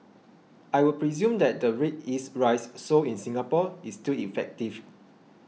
I would presume that the red yeast rice sold in Singapore is still effective